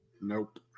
Nope